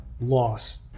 loss